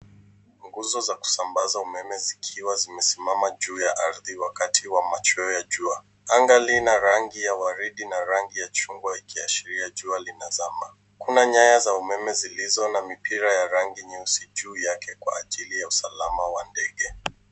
Nguzo za kusambaza umeme zikiwa zimesimama juu ya ardhi wakati wa machweo ya jua . Anga lina rangi ya waridi na rangi ya chungwa ikiashiria jual linazama. Kuna nyaya za umeme zilizo na mipira ya rangi nyeusi juu yake kwa ajili ya usalama wa ndege.